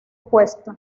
puesto